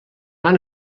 van